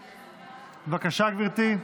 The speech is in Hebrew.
בבקשה, גברתי,